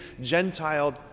Gentile